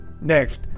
Next